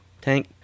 tank